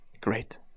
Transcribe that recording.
Great